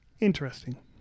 interesting